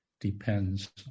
depends